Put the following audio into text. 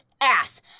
ass